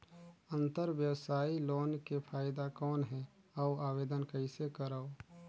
अंतरव्यवसायी लोन के फाइदा कौन हे? अउ आवेदन कइसे करव?